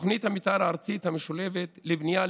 תוכנית המתאר הארצית המשולבת לבנייה,